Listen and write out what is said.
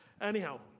Anyhow